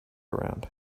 around